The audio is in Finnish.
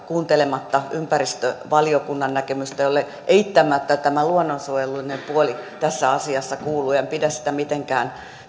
kuuntelematta ympäristövaliokunnan näkemystä jolle eittämättä tämä luonnonsuojelullinen puoli tässä asiassa kuuluu en pidä tämänkaltaista